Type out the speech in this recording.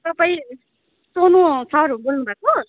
तपाईँ सोनु सर बोल्नु भएको